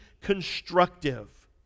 constructive